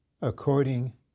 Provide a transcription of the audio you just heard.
according